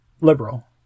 liberal